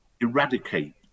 eradicate